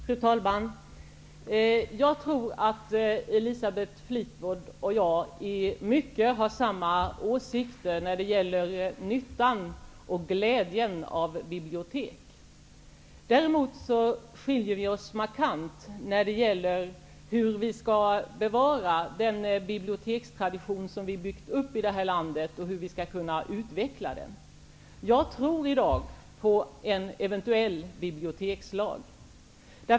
Fru talman! Jag tror att Elisabeth Fleetwood och jag i mycket har samma åsikter när det gäller nyttan och glädjen av bibliotek. Däremot skiljer vi oss åt markant när det gäller hur vi skall bevara den bibliotekstradition som vi har byggt upp i detta land och hur vi skall kunna utveckla den. Jag tror i dag på en eventuell bibliotekslag.